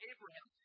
Abraham